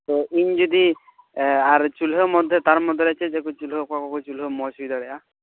ᱛᱚ ᱤᱧ ᱡᱩᱫᱤ ᱟᱨ ᱪᱩᱞᱦᱟᱹ ᱢᱚᱫᱽᱫᱷᱮ ᱨᱮ ᱛᱟᱨ ᱢᱚᱫᱽᱫᱷᱮ ᱨᱮ ᱪᱮᱫ ᱪᱮᱫ ᱠᱚ ᱪᱩᱞᱦᱟᱹ ᱚᱠᱟ ᱚᱠᱟ ᱠᱚ ᱪᱩᱞᱦᱟᱹ ᱢᱚᱡᱽ ᱦᱩᱭ ᱫᱟᱲᱮᱭᱟᱜᱼᱟ